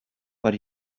but